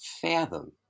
fathom